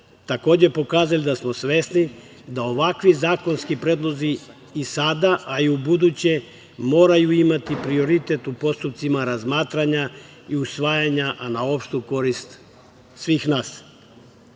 takođe pokazali da smo svesni da ovakvi zakonski predlozi i sada, a i ubuduće moraju imati prioritet u postupcima razmatranja i usvajanja, a na opštu korist svih nas. Prva